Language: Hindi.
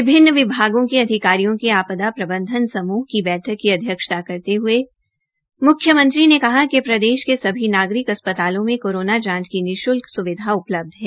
विभागों के अधिकारियों के आपदा प्रबंधन समूह की बैठक की अध्यक्षता करते हये मुख्यमंत्री ने कहा कि प्रदेश के सभी नागरिक अस्पतालों में कोरोना जांच की निश्ल्क स्विधा उपलब्ध है